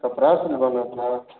कपड़ा सिलवाना था